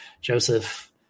Joseph